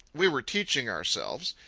we were teaching ourselves.